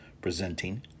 presenting